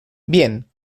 bien